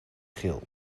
geel